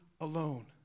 alone